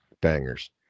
bangers